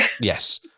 Yes